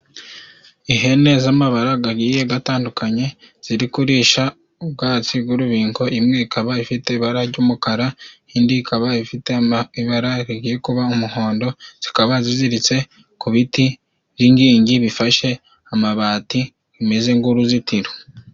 ihene z'amabara gagiye gatandukanye ziri kurisha ubwatsi bw'urubingo. Imwe ikaba ifite ibara ry'umukara, indi ikaba ifite ibara rigiye kuba umuhondo, zikaba ziziritse ku biti by'ingingi bifashe amabati bimeze nk'uruzitiro.